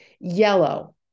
Yellow